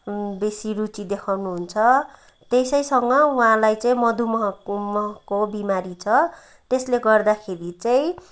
बेसी रुचि देखाउनुहुन्छ त्यसैसँग उहाँलाई चाहिँ मधुमेहको महको बिमारी छ त्यसले गर्दाखेरि चाहिँ